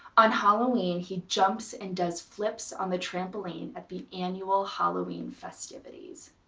on halloween, he jumps and does flips on the trampoline at the annual halloween festivities.